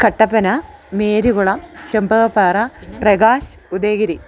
Kattappana Marykulam Chembakappara Prakash Udayagiri